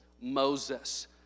Moses